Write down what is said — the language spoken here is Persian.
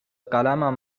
قلمم